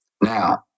Now